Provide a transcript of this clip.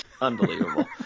unbelievable